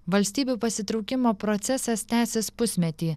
valstybių pasitraukimo procesas tęsis pusmetį